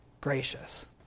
gracious